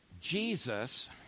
Jesus